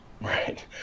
right